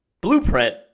blueprint